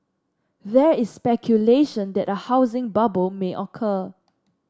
there is speculation that a housing bubble may occur